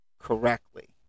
correctly